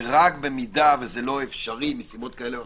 ורק אם זה לא אפשרי מסיבות כאלה ואחרות,